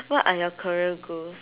what are your career goals